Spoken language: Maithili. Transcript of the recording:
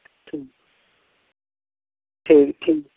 ठीक ठीक ठीक